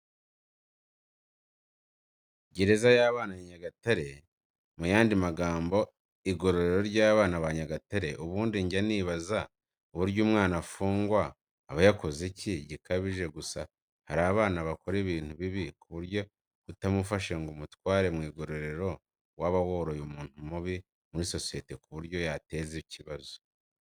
Gereza y'abana ya Nyagatare muyandi magambo igororero ry'abana ba Nyagatare ubundi njya nibaza uburyo umwana afungwa abayakoze iki gikabije gusa harabana bakora ibintu bibi kuburyo utamufashe ngo umutware mwigororero waba woroye umuntu mubi muri sosiyete kuburyo yateza ikibazo.